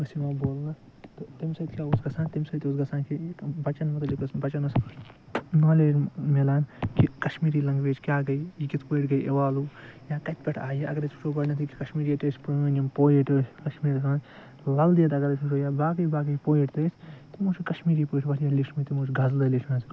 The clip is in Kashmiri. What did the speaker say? اسہ یِوان بولنہٕ تہٕ تمی سۭتۍ کیاہ اوس گَژھان تمہ سۭتۍ اوس گَژھان کہ بَچَن مُتعلِق اوس بَچن ٲسۍ نالیج ملان کہ کَشمیٖری لَنٛگویج کیاہ ے یہِ کِتھ پٲٹھۍ گے اِوالو یا کَتہِ پیٚٹھ آیہ اگر أسۍ وٕچھو گۄڈنیٚتھے چھِ کَشمیٖر ییٚتہِ ٲسۍ پرٲنۍ یِم پۄیِٹ ٲسۍ کشمیٖرَس مَنز لل دیٚد اگر أسۍ وٕچھو یا باقے باقے پۄیِٹ تہِ ٲسۍ تمو چھُ کشمیٖری پٲٹھۍ واریاہ لیٚچھمت تمو چھ غزلہٕ لیٚچھمَژٕ